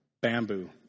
Bamboo